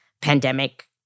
pandemic